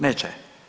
Neće.